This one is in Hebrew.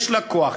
יש לה כוח,